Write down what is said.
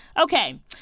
okay